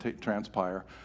transpire